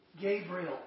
Gabriel